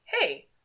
hey